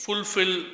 Fulfill